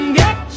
get